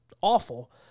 awful